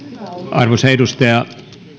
arvoisa edustaja